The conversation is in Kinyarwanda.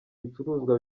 bicuruzwa